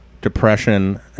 depression